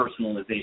personalization